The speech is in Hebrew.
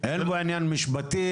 אין פה עניין משפטי,